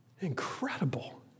Incredible